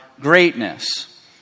greatness